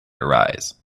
arise